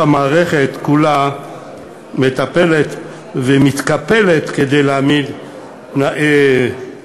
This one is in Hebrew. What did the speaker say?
המערכת כולה מטפלת ומתקפלת כדי להעמיד תנאים,